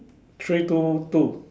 three two two